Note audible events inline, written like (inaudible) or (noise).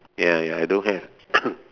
ya ya I don't have (coughs)